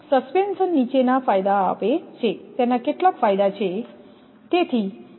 suspension નીચેના ફાયદા આપે છે તેના કેટલાક ફાયદા છે